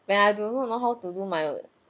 when I do not know how to do my